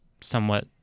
somewhat